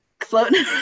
floating